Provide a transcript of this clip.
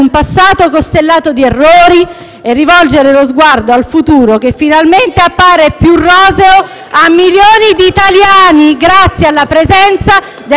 Dichiaro aperta la discussione